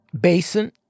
basin